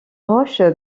roche